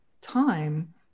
time